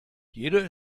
jeder